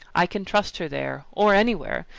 i can trust her there, or anywhere.